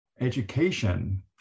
education